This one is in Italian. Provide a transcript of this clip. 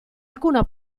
alcuna